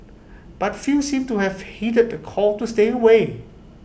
but few seemed to have heeded the call to stay away